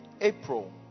April